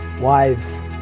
Wives